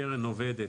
הקרן עובדת,